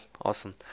Awesome